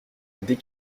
dès